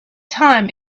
time